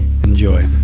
Enjoy